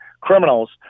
criminals